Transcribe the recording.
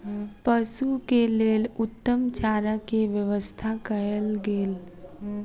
पशु के लेल उत्तम चारा के व्यवस्था कयल गेल